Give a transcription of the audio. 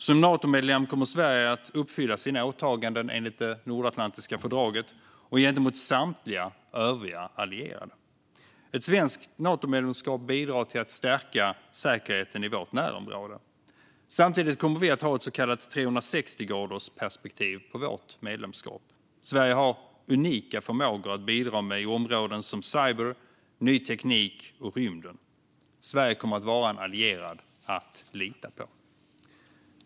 Som Natomedlem kommer Sverige att uppfylla sina åtaganden enligt det nordatlantiska fördraget och gentemot samtliga övriga allierade. Ett svenskt Natomedlemskap bidrar till att stärka säkerheten i vårt närområde. Samtidigt kommer vi att ha ett så kallat 360-gradersperspektiv på vårt medlemskap. Sverige har unika förmågor att bidra med på områden som cyber, ny teknik och rymden. Sverige kommer att vara en allierad att lita på.